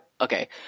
Okay